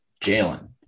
Jalen